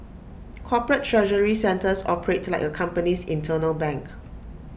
corporate treasury centres operate like A company's internal bank